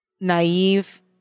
naive